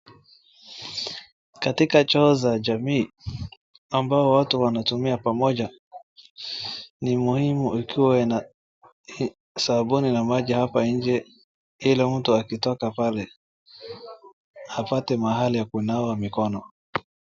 Katika choo za jamii ambao watu wanatumia pamoja, ni muhimu ikiwa ina sabuni na maji hapa nje ili mtu akitoka pale apate mahali ya kunawa mikono.